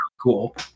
cool